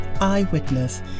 Eyewitness